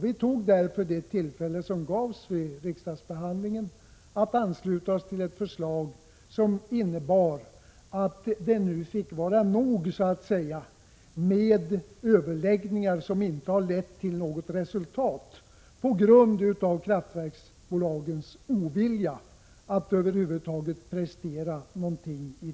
Vi tog det tillfälle som gavs vid riksdagsbehandlingen att ansluta oss till ett förslag som innebar att det nu så att säga fick vara nog med överläggningar som inte har lett till något resultat på grund av kraftverksbolagens ovilja att över huvud taget prestera någonting.